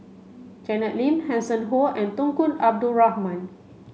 Janet Lim Hanson Ho and Tunku Abdul Rahman